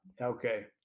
Okay